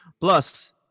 Plus